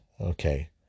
Okay